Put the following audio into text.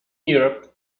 europe